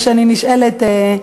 כשאני נשאלת,